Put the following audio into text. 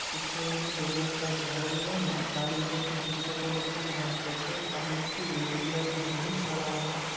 શિક્ષણની ગુણવત્તા જાળવવામાં તાલીમબદ્ધ શિક્ષકોનું ખૂબ મહત્ત્વ છે કમનસીબે ગુજરાતની ઘણી શાળાઓમાં